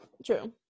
true